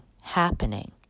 happening